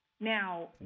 Now